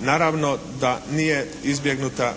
Naravno da nije izbjegnuta